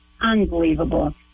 unbelievable